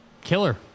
Killer